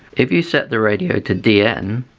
if you set the radio to dn,